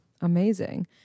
Amazing